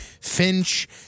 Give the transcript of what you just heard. Finch